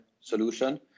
solution